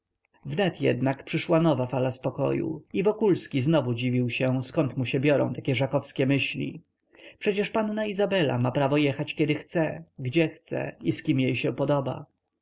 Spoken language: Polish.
wnet jednak przyszła nowa fala spokoju i wokulski znowu dziwił się zkąd mu się biorą takie żakowskie myśli przecież panna izabela ma prawo jechać kiedy chce gdzie chce i z kim jej się podoba